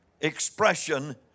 expression